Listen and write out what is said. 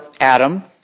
Adam